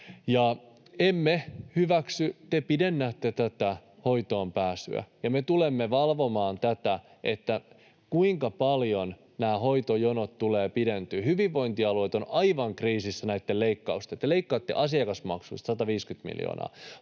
emme hyväksy... Te pidennätte tätä hoitoonpääsyä, ja me tulemme valvomaan tätä, kuinka paljon hoitojonot tulevat pidentymään. Hyvinvointialueet ovat aivan kriisissä näitten leikkausten takia. Te leikkaatte asiakasmaksuista 150 miljoonaa,